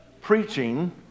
preaching